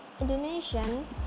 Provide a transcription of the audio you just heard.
Indonesian